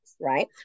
right